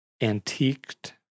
antiqued